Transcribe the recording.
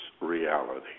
reality